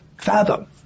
fathom